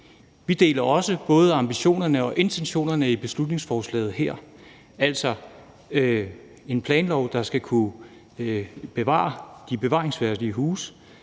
Vi deler også både ambitionerne og intentionerne i beslutningsforslaget her, altså en planlov, der skal kunne bevare de bevaringsværdige huse,